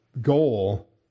goal